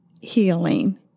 healing